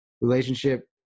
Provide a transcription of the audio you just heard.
relationship